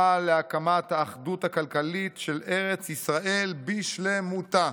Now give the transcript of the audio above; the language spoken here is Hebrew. להקמת האחדות הכלכלית של ארץ ישראל בשלמותה.